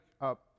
up